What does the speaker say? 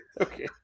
okay